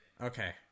Okay